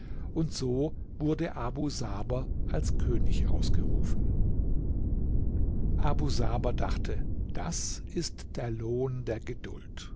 und so wurde abu saber als könig ausgerufen abu saber dachte das ist der lohn der geduld